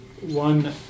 One